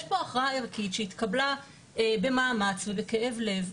יש פה הכרעה ערכית שהתקבלה במאמץ ובכאב לב,